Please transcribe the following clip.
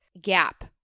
gap